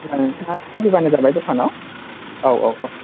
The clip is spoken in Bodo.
होनबा नोंथांआ फैबानो जाबाय दखानाव औ औ औ